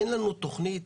אין תכנית,